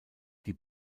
die